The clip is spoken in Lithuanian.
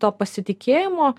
to pasitikėjimo